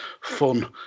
fun